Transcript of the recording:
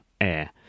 air